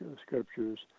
scriptures